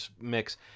mix